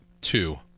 Two